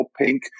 pink